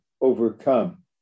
overcome